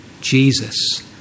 Jesus